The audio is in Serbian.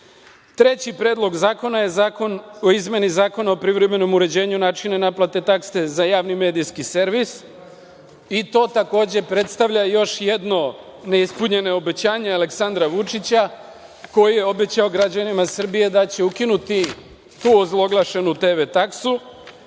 predlog zakona je zakon o izmeni Zakona o privremenom uređenju načina naplate takse za javni medijski servis i to takođe predstavlja još jedno ne ispunjeno obećanje Aleksandra Vučića, koji je obećao građanima Srbije da će ukinuti tu ozloglašenu TV taksu.